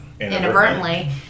inadvertently